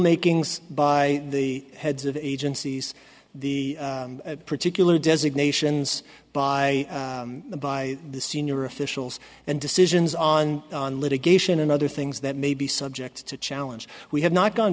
makings by the heads of agencies the particular designations by the by the senior officials and decisions on litigation and other things that may be subject to challenge we have not gone